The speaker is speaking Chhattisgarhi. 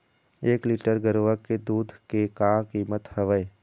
एक लीटर गरवा के दूध के का कीमत हवए?